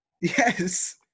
Yes